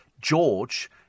George